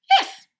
yes